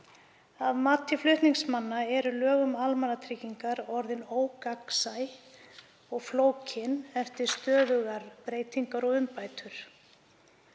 Að mati flutningsmanna eru lög um almannatryggingar orðin ógagnsæ og flókin eftir stöðugar breytingar og umbætur.